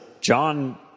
john